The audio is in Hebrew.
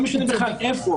לא משנה בכלל איפה.